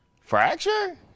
fracture